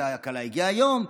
והכלה הגיעה היום,